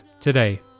today